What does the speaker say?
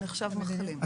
הוא נחשב מחלים.